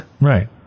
right